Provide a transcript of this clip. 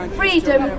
freedom